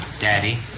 Daddy